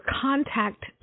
contact